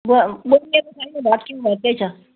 ब बनिएको छैन भत्किएको भत्कै छ